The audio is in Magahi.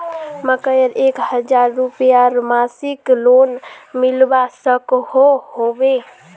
मकईर एक हजार रूपयार मासिक लोन मिलवा सकोहो होबे?